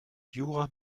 jura